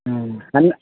ಹ್ಞೂ ಅಲ್ಲ